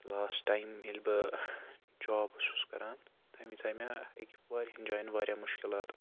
last time ییٚلہِ بہٕ job اوسُس کَران تَمہِ وِزِ آے مےٚ أکیٛاہ واریاہَن جایَن واریاہ مُشکلات